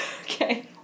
Okay